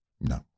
No